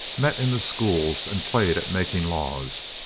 met in the schools and played at making laws.